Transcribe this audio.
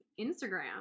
instagram